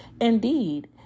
Indeed